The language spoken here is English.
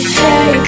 hey